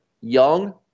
young